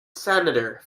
senator